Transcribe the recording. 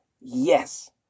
Yes